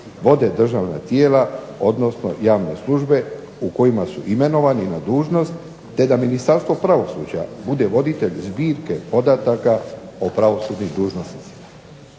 vode državna tijela odnosno javne službe u kojima su imenovani na dužnost, te da Ministarstvo pravosuđa bude voditelj zbirke podataka o pravosudnim dužnosnicima.